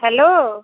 hello